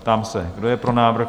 Ptám se, kdo je pro návrh?